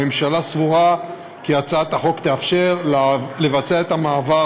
הממשלה סבורה כי הצעת החוק תאפשר לבצע את מעבר